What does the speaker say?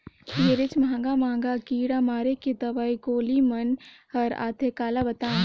ढेरेच महंगा महंगा कीरा मारे के दवई गोली मन हर आथे काला बतावों